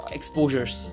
Exposures